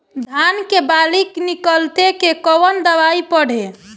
धान के बाली निकलते के कवन दवाई पढ़े?